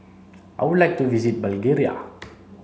I would like to visit Bulgaria